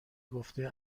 گفته